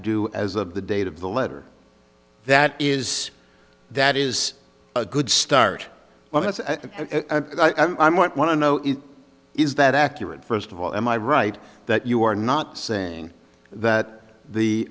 due as of the date of the letter that is that is a good start well as i might want to know it is that accurate first of all am i right that you are not saying that the